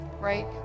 right